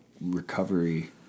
recovery